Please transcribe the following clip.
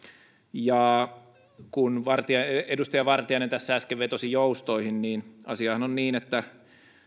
kun edustaja vartiainen tässä äsken vetosi joustoihin niin asiahan on niin että